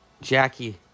Jackie